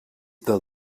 del